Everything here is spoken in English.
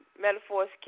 metaphors